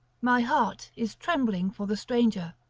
my heart is trembling for the stranger.